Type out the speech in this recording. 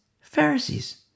Pharisees